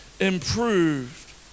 improved